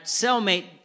cellmate